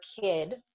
kid